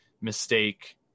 mistake